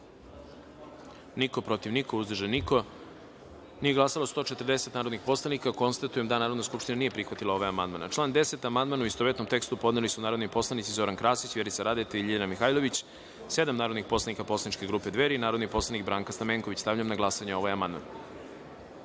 protiv – niko, uzdržanih – nema, nije glasao 141 narodni poslanik. Konstatujem da Narodna skupština nije prihvatila ovaj amandman. Na član 23. amandman, u istovetnom tekstu, podneli su narodni poslanici Zoran Krasić, Vjerica Radeta i Petar Jojić, sedam narodnih poslanika poslaničke grupe Dveri i narodni poslanik Branka Stamenković. Stavljam na glasanje ovaj